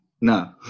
No